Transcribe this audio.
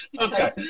Okay